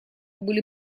были